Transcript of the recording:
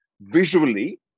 visually